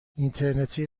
اینترنتی